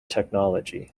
technology